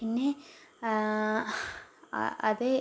പിന്നെ അതേ